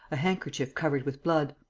a handkerchief covered with blood.